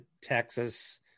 Texas